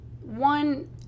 One